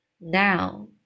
Now